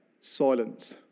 silence